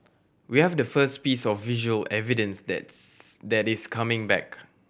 we have the first piece of visual evidence that's that is coming back